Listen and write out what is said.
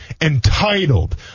entitled